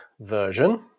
version